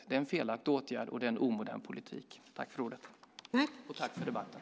Det är en felaktig åtgärd, och det är en omodern politik. Tack för debatten!